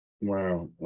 Wow